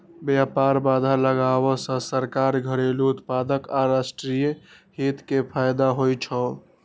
व्यापार बाधा लगाबै सं सरकार, घरेलू उत्पादक आ राष्ट्रीय हित कें फायदा होइ छै